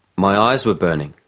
my eyes were burning.